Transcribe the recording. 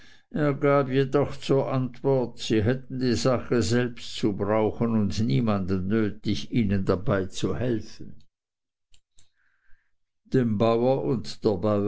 er gab jedoch zur antwort sie hätten ihre sache selbst zu brauchen und niemanden nötig ihnen dabei zu helfen dem bauer und